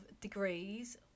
degrees